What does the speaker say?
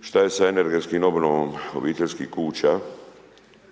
šta je sa energetskom obnovom obiteljskih kuća